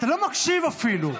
אתה לא מקשיב אפילו,